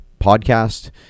podcast